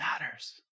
matters